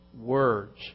words